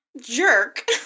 jerk